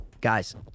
guys